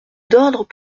d’ordres